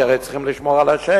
כי הרי צריכים לשמור על השקט,